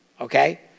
Okay